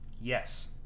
Yes